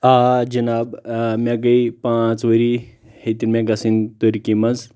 آ جناب مےٚ گے پانژھ ؤری ہیٚتہِ مےٚ گژھٕنۍ ترکی منٛز